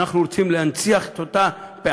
האם אנחנו רוצים להנציח את אותם פערים?